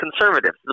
conservatives